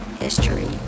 History